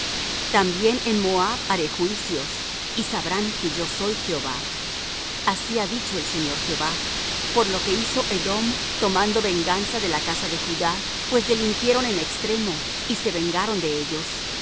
también en moab haré juicios y sabrán que yo soy jehová así ha dicho el señor jehová por lo que hizo edom tomando venganza de la casa de judá pues delinquieron en extremo y se vengaron de ellos